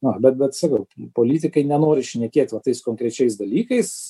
na bet bet sakau politikai nenori šnekėt va tais konkrečiais dalykais